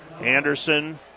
Anderson